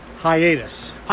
Hiatus